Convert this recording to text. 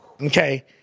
okay